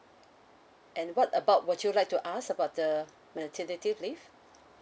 and what about would you like to ask about the maternity leave